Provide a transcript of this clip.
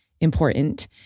important